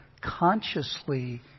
consciously